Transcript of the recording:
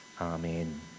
Amen